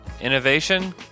innovation